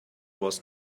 was